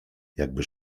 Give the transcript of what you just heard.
jakby